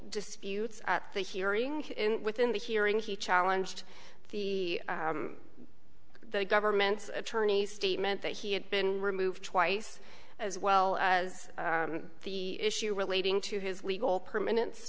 disputes at the hearing within the hearing he challenged the government's attorney's statement that he had been removed twice as well as the issue relating to his legal permanent